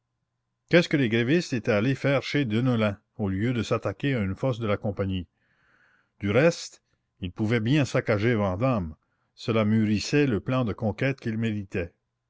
qu'est-ce que les grévistes étaient allés faire chez deneulin au lieu de s'attaquer à une fosse de la compagnie du reste ils pouvaient bien saccager vandame cela mûrissait le plan de conquête qu'il méditait